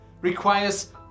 requires